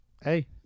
Hey